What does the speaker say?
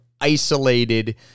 isolated